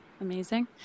amazing